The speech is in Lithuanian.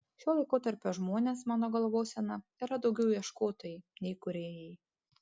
šio laikotarpio žmonės mano galvosena yra daugiau ieškotojai nei kūrėjai